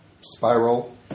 spiral